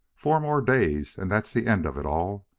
four more days, and that's the end of it all.